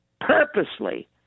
purposely